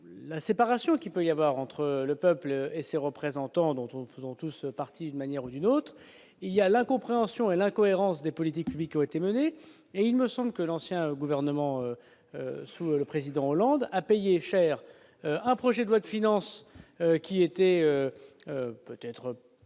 la séparation qu'il peut y avoir entre le peuple et ses représentants, dont on faisons tout ce parti d'une manière ou d'une autre, il y a l'incompréhension et l'incohérence des politiques publiques qui ont été menées et il me semble que l'ancien gouvernement sous le président Hollande a payé cher un projet de loi de finances, qui était peut-être voilà